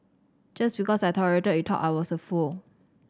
just because I tolerated he thought I was a fool